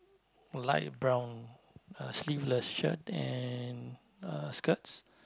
light brown uh sleeveless shirt and uh skirts